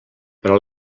però